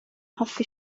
hoffi